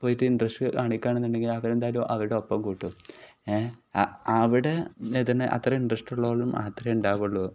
പോയിട്ട് ഇൻട്രസ്റ്റ് കാണിക്കുകയാണെന്ന് ഉണ്ടെങ്കിൽ അവർ എന്തായാലും അവിടെ ഒപ്പം കൂട്ടും അവിടെ ഇ തന്നെ അത്ര ഇൻട്രസ്റ്റ് ഉള്ളവരും മാത്രമേ ഉണ്ടാവുകയുള്ളു